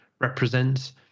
represents